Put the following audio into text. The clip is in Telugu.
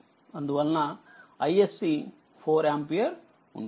అందువలన isc4ఆంపియర్ ఉంటుంది